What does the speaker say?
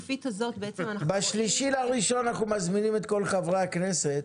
ב-3 בינואר אנחנו מזמינים את כל חברי הכנסת